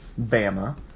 Bama